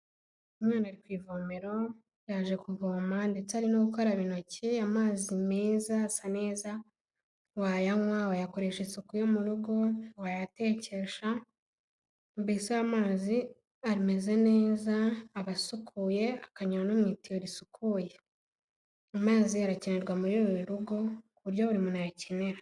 Umwana ari ku ivomero yaje kuvoma ndetse ari no gukaraba intoki amazi meza asa neza wayanywa, wayakoresha isuku yo mu rugo, wayatekesha, mbese amazi ameze neza abasukuye, akanyura no mu ituyo risukuye, amazi arakenerwa muri buri rugo ku buryo buri muntu ayakenera.